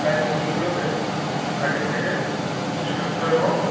তাই মুরগিগুলোকে আগের থেকে সুস্থ এবং